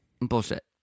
bullshit